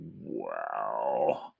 Wow